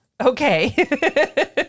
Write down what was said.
Okay